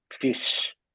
fish